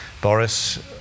Boris